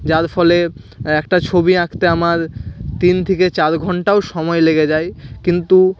যার ফলে একটা ছবি আঁকতে আমার তিন থেকে চার ঘন্টাও সময় লেগে যায় কিন্তু